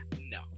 no